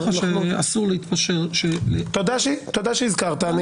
תודה שהזכרת.